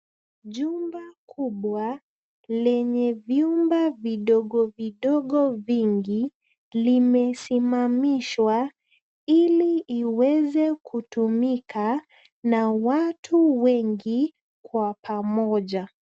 Jumba kubwa, lenye vyumba vidogovidogo vingi, ili iweze kutumika na watu wengi kwa pamoja.